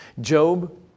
Job